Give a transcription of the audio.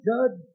Judge